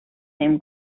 same